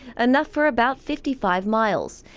enough for about fifty five miles.